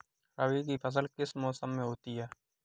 रबी की फसल किस मौसम में होती है?